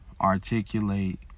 articulate